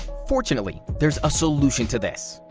fortunately, there's a solution to this.